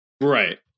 Right